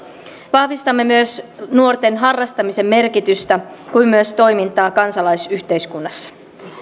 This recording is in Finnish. vahvistamme nuorten harrastamisen merkitystä kuin myös toimintaa kansalaisyhteiskunnassa